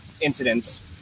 incidents